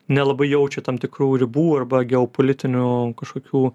nelabai jaučia tam tikrų ribų arba geopolitinių kažkokių